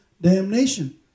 damnation